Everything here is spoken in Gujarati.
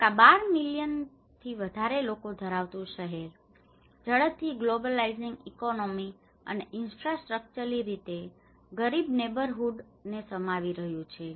ઢાકા 12 મિલિયન થી વધારે લોકો ધરાવતું શહેર ઝડપથી ગ્લોબ્લાઈઝીંગ ઈકોનોમી અને ઇન્ફ્રાસ્ટ્ર્કચરલી રીતે ગરીબ નેઈબરહૂડ ને સમાવી રહ્યું છે